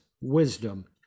wisdom